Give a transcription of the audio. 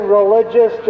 religious